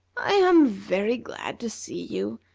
i am very glad to see you,